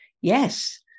Yes